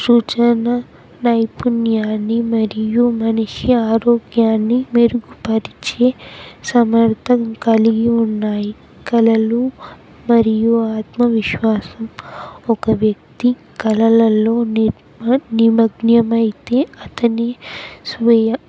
సృజన నైపుణ్యాన్ని మరియు మనిషి ఆరోగ్యాన్ని మెరుగుపరిచే సామర్ధ్యం కలిగి ఉన్నాయి కళలు మరియు ఆత్మవిశ్వాసం ఒక వ్యక్తి కలలలో ని నిమజ్ఞమైతే అతని స్వేయ